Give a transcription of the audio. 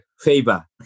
favor